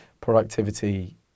productivity